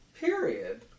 Period